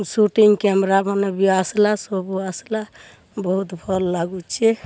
shooting କ୍ୟାମେରାମାନେ ବି ଆସଲା ସବୁ ଆସଲା ବହୁତ୍ ଭଲ୍ ଲାଗୁଛେ